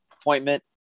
appointment